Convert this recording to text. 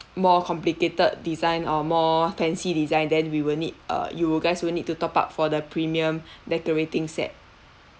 more complicated design or more fancy design then we will need uh you will guys will need to top up for the premium decorating set